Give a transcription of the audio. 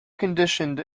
conditioned